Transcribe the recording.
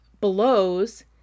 blows